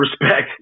respect